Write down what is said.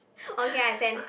okay I send